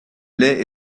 lait